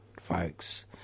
folks